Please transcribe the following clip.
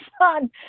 son